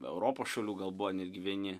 europos šalių gal buvo netgi vieni